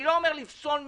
אני לא אומר לפסול מישהו,